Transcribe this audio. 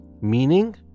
meaning